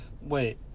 Wait